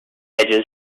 edges